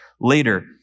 later